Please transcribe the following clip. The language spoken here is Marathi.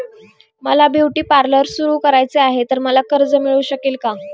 मला ब्युटी पार्लर सुरू करायचे आहे तर मला कर्ज मिळू शकेल का?